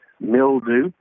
mildew